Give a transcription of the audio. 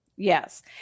Yes